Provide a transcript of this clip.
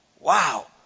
Wow